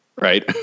right